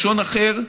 לשון אחר,